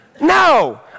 No